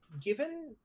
Given